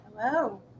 Hello